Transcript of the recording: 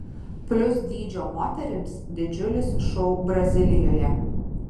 plius dydžio moterims didžiulis šou brazilijoje